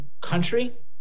country